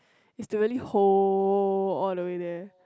is to really hold all the way there